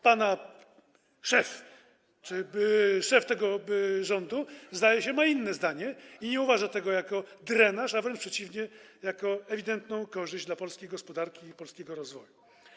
Pana szef czy szef tego rządu, zdaje się, ma inne zdanie i nie uważa tego za drenaż, a wręcz przeciwnie, za ewidentną korzyść dla polskiej gospodarki i polskiego rozwoju.